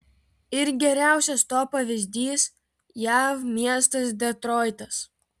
ir geriausias to pavyzdys jav miestas detroitas